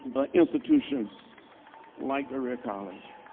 institution like berea college.